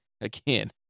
Again